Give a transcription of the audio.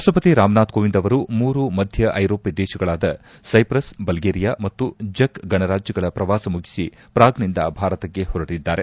ರಾಷ್ಷಪತಿ ರಾಮನಾಥ್ ಕೋವಿಂದ್ ಅವರು ಮೂರು ಮಧ್ಯ ಐರೋಪ್ಲ ದೇಶಗಳಾದ ಸೈಪ್ರಸ್ ಬಲ್ಗೇರಿಯಾ ಮತ್ತು ಜೆಕ್ ಗಣರಾಜ್ಲಗಳ ಪ್ರವಾಸ ಮುಗಿಸಿ ಪ್ರಾಗ್ನಿಂದ ಭಾರತಕ್ಕೆ ಹೊರಟಿದ್ದಾರೆ